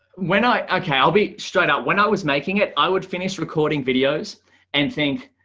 when i okay, i'll be straight out when i was making it. i would finish recording videos and think